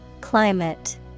Climate